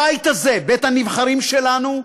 הבית הזה, בית-הנבחרים שלנו,